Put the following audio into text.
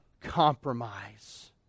compromise